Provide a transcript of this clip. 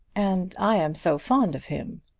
and i am so fond of him!